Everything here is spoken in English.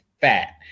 fat